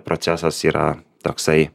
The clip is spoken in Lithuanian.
procesas yra toksai